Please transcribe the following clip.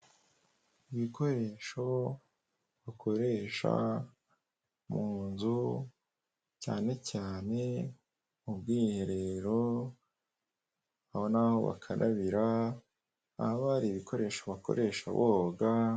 Ibikoresho bakoresha mu nzu cyane cyane mu bwiherero, aho naho bakarabiraba, aho hari ibikoresho bakoresha boga.